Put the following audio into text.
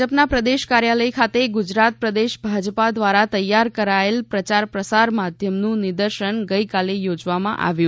ભાજપના પ્રદેશ કાર્યલય ખાતે ગુજરાત પ્રદેશ ભાજપા દ્વારા તૈયાર કરાયેલ પ્રચાર પ્રસાર સાહિત્યનું નિદર્શન ગઇકાલે યોજવામાં આવ્યું